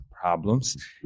problems